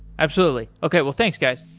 absolutely. okay, well thanks guys.